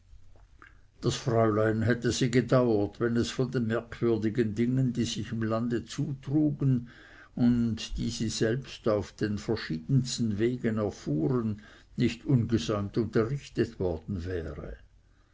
das fräulein hätte sie gedauert wenn es von den merkwürdigen dingen die sich im lande zutrugen und die sie selbst auf den verschiedensten wegen erfuhren nicht ungesäumt unterrichtet worden wäre